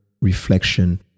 reflection